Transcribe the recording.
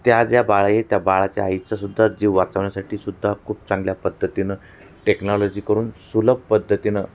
त्या ज्या बाळ आहे त्या बाळाच्या आईचासुद्धा जीव वाचवण्यासाठी सुद्धा खूप चांगल्या पद्धतीनं टेक्नॉलॉजीकडून सुलभ पद्धतीनं